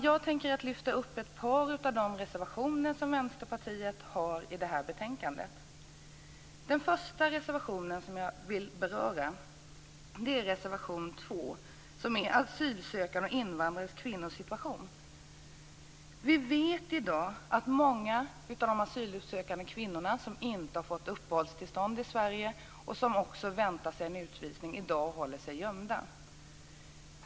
Jag tänker ta upp ett par av de reservationer som Vänsterpartiet har i detta betänkande. Den första reservationen som jag vill beröra är reservation 2 om asylsökande och invandrade kvinnors situation. Vi vet i dag att många av de asylsökande kvinnorna som inte har fått uppehållstillstånd i Sverige och som också väntar sig en utvisning håller sig gömda.